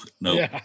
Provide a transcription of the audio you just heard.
no